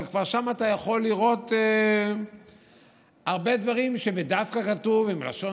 אבל כבר שם אתה יכול לראות הרבה דברים שדווקא כתובים בלשון